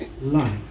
life